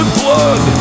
blood